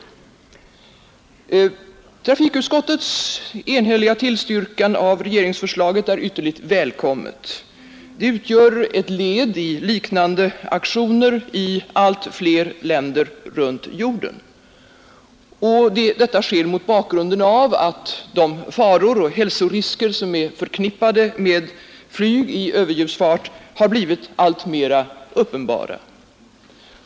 Trafikutskottets enhälliga tillstyrkan av regeringsförslaget är ytterligt välkommen. Den utgör ett led i liknande aktioner i allt fler länder runt jorden. Detta sker mot bakgrund av att de faror och hälsorisker som är förknippade med flygning i överljudsfart har blivit alltmer uppenbara.